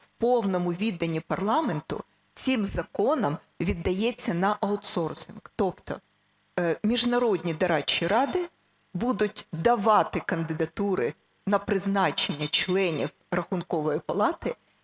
в повному віданні парламенту, цим законом віддається на аутсорсинг, тобто міжнародні дорадчі ради будуть давати кандидатури на призначення членів Рахункової палати,